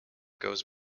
goes